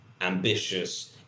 ambitious